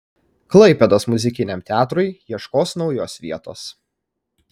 klaipėdos muzikiniam teatrui ieškos naujos vietos